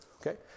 Okay